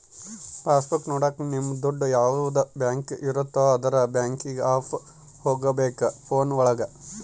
pass book ನೊಡಕ ನಿಮ್ಡು ಯಾವದ ಬ್ಯಾಂಕ್ ಇರುತ್ತ ಅದುರ್ ಬ್ಯಾಂಕಿಂಗ್ ಆಪ್ ಹಕೋಬೇಕ್ ಫೋನ್ ಒಳಗ